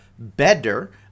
better